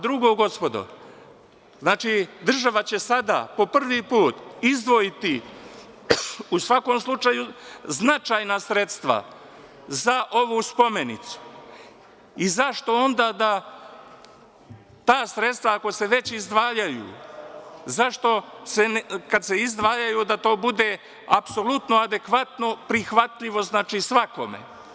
Drugo, gospodo, znači država će sada po prvi put izdvojiti u svakom slučaju značajna sredstva za ovu spomenicu i zašto onda da ta sredstva, ako se već izdvajaju, zašto kad se izdvajaju da to bude apsolutno adekvatno prihvatljivo, znači svakome?